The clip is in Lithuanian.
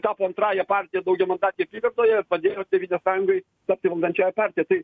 tapo antrąja partija daugiamandatėj apygardoje ir padėjo tėvynės sąjungai tapti valdančiąja partija tai